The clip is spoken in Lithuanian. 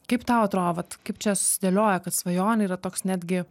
kaip tau atrodo vat kaip čia susidėlioja kad svajonė yra toks netgi